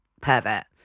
pervert